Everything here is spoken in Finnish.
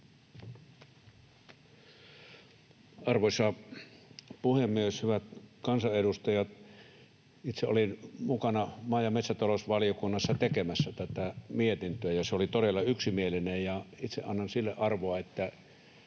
Arvoisa puhemies! Hyvät kansanedustajat! Itse olin mukana maa- ja metsätalousvaliokunnassa tekemässä tätä mietintöä, ja se oli todella yksimielinen. Itse annan arvoa sille, että